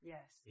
Yes